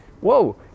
whoa